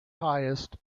highest